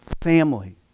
family